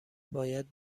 باید